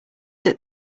that